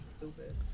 stupid